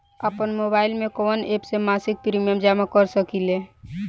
आपनमोबाइल में कवन एप से मासिक प्रिमियम जमा कर सकिले?